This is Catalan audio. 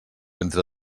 entre